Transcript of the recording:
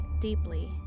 deeply